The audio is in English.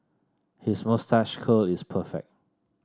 his moustache curl is perfect